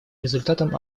результатом